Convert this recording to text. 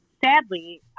Sadly